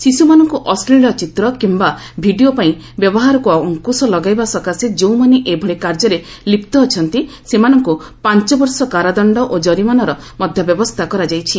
ଶିଶୁମାନଙ୍କୁ ଅଶ୍ଳୀଳ ଚିତ୍ର କିମ୍ବା ଭିଡ଼ିଓ ପାଇଁ ବ୍ୟବହାରକୁ ଅଙ୍କୁଶ ଲଗାଇବା ସକାଶେ ଯେଉଁମାନେ ଏଭଳି କାର୍ଯ୍ୟରେ ଲିପ୍ତ ଅଛନ୍ତି ସେମାନଙ୍କୁ ପାଞ୍ଚ ବର୍ଷ କାରାଦଣ୍ଡ ଓ ଜରିମାନାର ମଧ୍ୟ ବ୍ୟବସ୍ଥା କରାଯାଇଛି